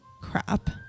crap